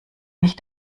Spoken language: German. nicht